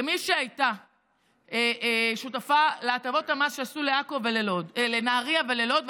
כמי שהייתה שותפה להטבות המס שעשו לנהריה וללוד,